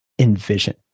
Envision